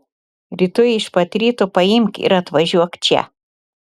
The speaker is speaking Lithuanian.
rytoj iš pat ryto paimk ir atvažiuok čia